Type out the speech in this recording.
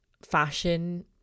fashion